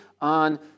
on